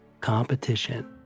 competition